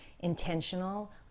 intentional